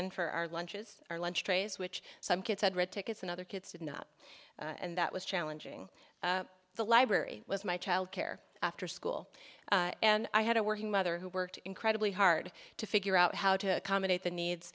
in for our lunches our lunch trays which some kids had read tickets and other kids did not and that was challenging the library was my childcare after school and i had a working mother who worked incredibly hard to figure out how to accommodate the needs